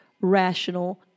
rational